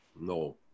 No